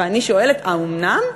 ואני שואלת, האומנם?